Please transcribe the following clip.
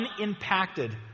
unimpacted